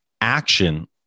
Action